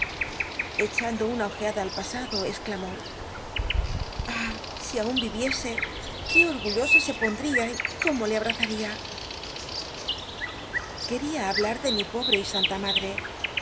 una ojeada al pasado exclamó ah si aun viviese qué orgullosa se pondría y cómo le abrazaría quería hablar de mi poihe y santa madtc